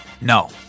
No